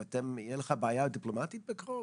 תהיה לך בעיה דיפלומטית בקרוב?